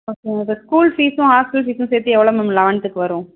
okay ma'am இப்போ school ஃபீஸும் hostel ஃபீஸும் சேர்த்து எவ்வளோ மேம் லெவன்த்துக்கு வரும்